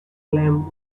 lamp